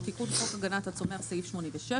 הוא תיקון חוק הגנת הצומח סעיף 86,